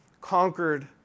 conquered